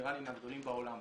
נראה לי מהגדולים בעולם.